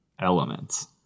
elements